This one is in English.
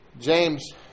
James